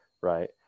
right